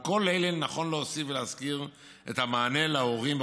על כל אלה נכון להוסיף ולהזכיר את המענה להורים לילדים